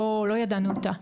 לא ידענו אותה,